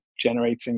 generating